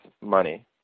money